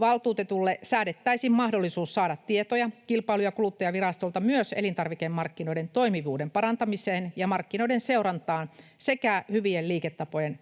Valtuutetulle säädettäisiin mahdollisuus saada tietoja Kilpailu- ja kuluttajavirastolta myös elintarvikemarkkinoiden toimivuuden parantamiseen ja markkinoiden seurantaan sekä hyvien liiketapojen vastaisten